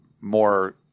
more